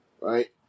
Right